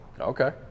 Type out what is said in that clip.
Okay